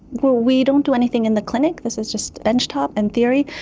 well, we don't do anything in the clinic, this is just benchtop and theory.